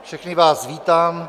Všechny vás vítám.